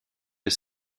les